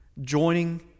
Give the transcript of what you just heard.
joining